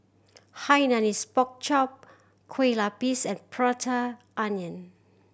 Hainanese Pork Chop Kueh Lapis and Prata Onion